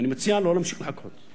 ואני מציע לא להמשיך לחכות.